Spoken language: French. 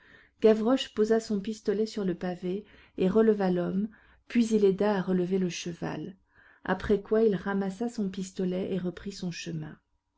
gavroche posa son pistolet sur le pavé et releva l'homme puis il aida à relever le cheval après quoi il ramassa son pistolet et reprit son chemin